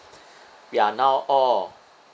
we are now all